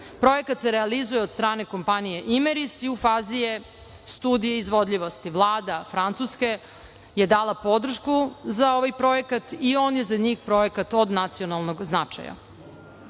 Projekat se realizuje od strane kompanije "Imeris" i u fazi je studije izvodljivosti. Vlada Francuske je dala podršku za ovaj projekat i on je za njih projekat od nacionalnog